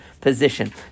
position